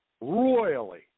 Royally